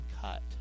cut